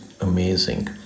amazing